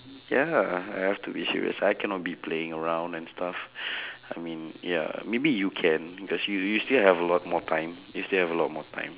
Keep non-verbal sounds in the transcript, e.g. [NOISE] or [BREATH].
ya I have to be serious I cannot be playing around and stuff [BREATH] I mean ya maybe you can because you you still have a lot more time you still have a lot more time